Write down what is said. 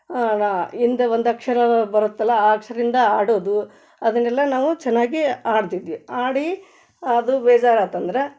ಹಿಂದೆ ಒಂದು ಅಕ್ಷರ ಬರುತ್ತಲ್ಲ ಆ ಅಕ್ಷರಿಂದ ಆಡೋದು ಅದನ್ನೆಲ್ಲ ನಾವು ಚೆನ್ನಾಗಿ ಆಡ್ತಿದ್ವಿ ಆಡಿ ಆದರೂ ಬೇಜಾರಾತಂದ್ರೆ